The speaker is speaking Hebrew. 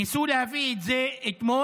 ניסו להביא את זה אתמול,